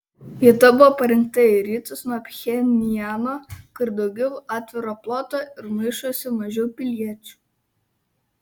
vieta buvo parinkta į rytus nuo pchenjano kur daugiau atviro ploto ir maišosi mažiau piliečių